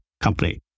company